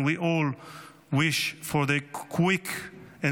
and we all wish for their quick and